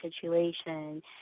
situation